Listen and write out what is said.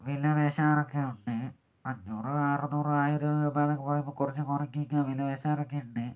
വില പേശാറൊക്കെയുണ്ട് അഞ്ഞൂറ് അറുന്നൂറ് ആയിരം രൂപയെന്നൊക്കെ പറയുമ്പോൾ കുറച്ചു കുറയ്ക്കുകയൊക്കെ വില പേശാറൊക്കെയുണ്ട്